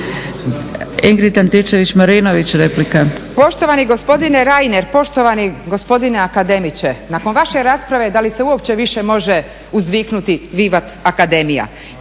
**Antičević Marinović, Ingrid (SDP)** Poštovani gospodine Reiner, poštovani gospodine akademiče nakon vaše rasprave da li se uopće više može uzviknuti vivat academia.